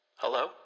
Hello